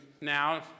now